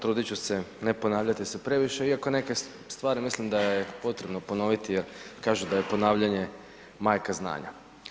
Trudit ću se ne ponavljati se previše, iako neke stvari mislim da je potrebno ponoviti jer kažu da je ponavljanje majka znanja.